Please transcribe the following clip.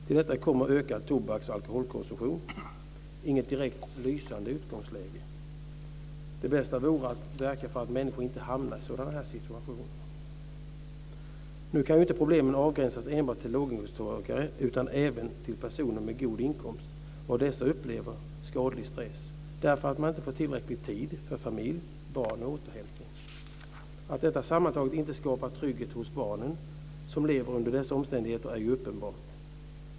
Till detta kommer ökad tobaks och alkoholkonsumtion. Det är inget direkt lysande utgångsläge. Det bästa vore att verka för att människor inte hamnar i sådana här situationer. Nu kan inte problemen avgränsas till låginkomsttagare. Även personer med god inkomst upplever skadlig stress därför att man inte får tillräckligt med tid för familj, barn och återhämtning. Att detta sammantaget inte skapar trygghet hos barn som lever under dessa omständigheter är uppenbart.